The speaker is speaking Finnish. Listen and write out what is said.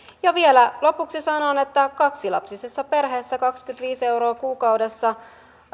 ja vielä lopuksi sanon että kaksilapsisessa perheessä kaksikymmentäviisi euroa kuukaudessa